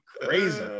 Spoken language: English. crazy